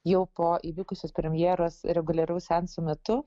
jau po įvykusios premjeros reguliaraus seanso metu